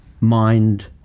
mind